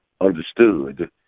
understood